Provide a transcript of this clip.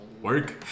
Work